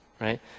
right